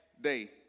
day